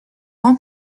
pan